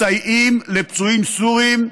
מסייעים לפצועים סורים,